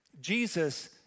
Jesus